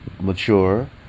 mature